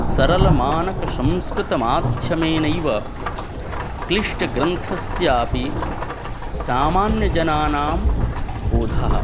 सरलमानकसंस्कृतमाध्यमेनैव क्लिष्टग्रन्थस्यापि सामान्यजनानां बोधः